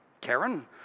Karen